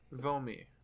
Vomi